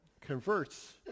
converts